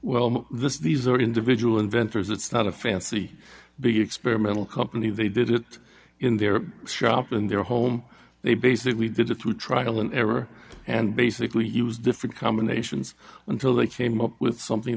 well this is these are individual inventors it's not a fancy big experimental company they did it in their shop in their home they basically did it through trial and error and basically used different combinations until they came up with something